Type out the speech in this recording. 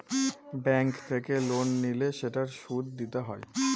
bank থেকে loan নিলে সেটার সুদ দিতে হয়